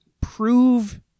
prove